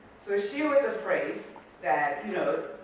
so she was afraid that, you know,